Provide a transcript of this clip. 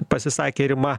pasisakė rima